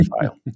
file